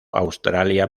australia